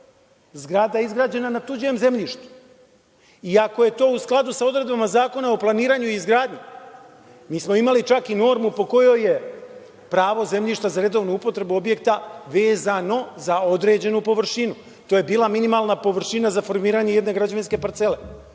zgrada izgrađena na tuđem zemljištu i ako je to u skladu sa odredbama Zakona o planiranju i izgradnji, mi smo imali čak i normu po kojoj je pravo zemljišta za redovnu upotrebu objekta vezano za određenu površinu. To je bila minimalna površina za formiranje jedne građevinske parcele.